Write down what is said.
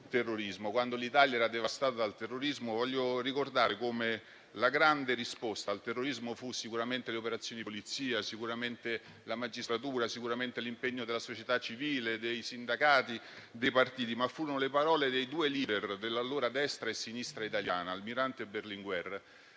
quando l'Italia era devastata dal terrorismo, io voglio allora ricordare come la grande risposta al terrorismo furono, sicuramente, le operazioni di polizia, l'azione della magistratura e l'impegno della società civile, dei sindacati e dei partiti. Ma furono anche le parole dei due *leader* dell'allora destra e sinistra italiana, Almirante e Berlinguer,